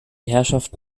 herrschaft